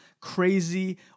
crazy